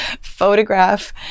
photograph